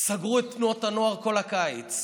סגרו את תנועות הנוער לכל הקיץ,